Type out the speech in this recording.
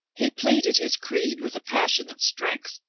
he pleaded his creed with a passionate strength.